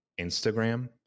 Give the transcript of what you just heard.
Instagram